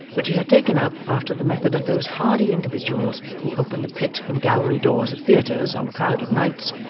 which he had taken up after the method of those hardy individuals who open the pit and gallery doors of theatres on crowded nights,